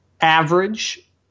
average